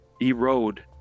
erode